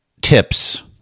tips